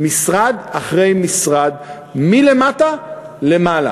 משרד אחרי משרד מלמטה למעלה